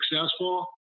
successful